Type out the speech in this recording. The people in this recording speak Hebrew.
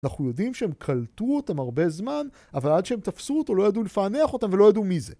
אנחנו יודעים שהם קלטו אותם הרבה זמן, אבל עד שהם תפסו אותו לא ידעו לפענח אותם ולא ידעו מי זה.